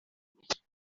bit